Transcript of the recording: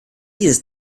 dieses